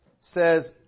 says